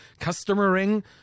customering